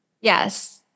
Yes